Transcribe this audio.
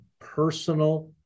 personal